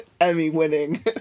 Emmy-winning